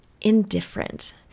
indifferent